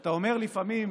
שאתה אומר לפעמים: